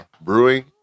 brewing